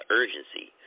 urgency